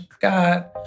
God